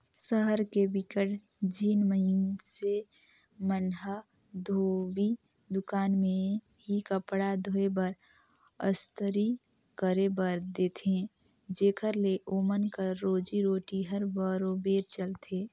सहर के बिकट झिन मइनसे मन ह धोबी दुकान में ही कपड़ा धोए बर, अस्तरी करे बर देथे जेखर ले ओमन कर रोजी रोटी हर बरोबेर चलथे